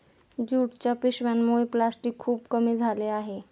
ज्यूटच्या पिशव्यांमुळे प्लॅस्टिक खूप कमी झाले आहे